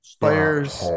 players